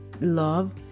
love